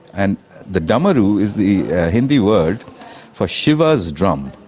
and the damaru is the hindi word for shiva's drum.